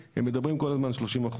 מדברים כל הזמן על 30%,